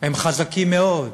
חזקים מאוד: